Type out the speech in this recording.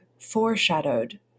Foreshadowed